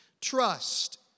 Trust